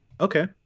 Okay